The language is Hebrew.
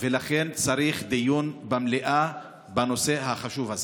ולכן צריך דיון במליאה בנושא החשוב הזה.